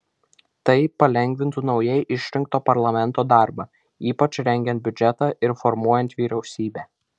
tai palengvintų naujai išrinkto parlamento darbą ypač rengiant biudžetą ir formuojant vyriausybę